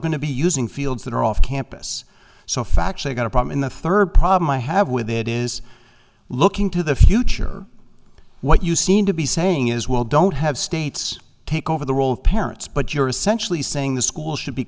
going to be using fields that are off campus so fact they've got a problem in the third problem i have with it is looking to the future what you seem to be saying is well don't have states take over the role of parents but you're essentially saying the school should be